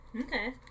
okay